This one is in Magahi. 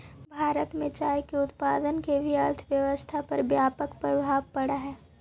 भारत में चाय के उत्पादन के भी अर्थव्यवस्था पर व्यापक प्रभाव पड़ऽ हइ